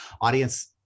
audience